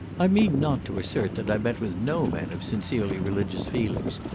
i mean not to assert that i met with no men of sincerely religious feelings,